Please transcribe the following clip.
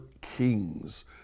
kings